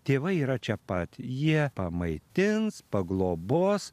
tėvai yra čia pat jie pamaitins paglobos